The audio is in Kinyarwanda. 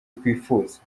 twifuza